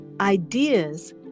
ideas